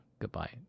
goodbye